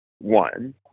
one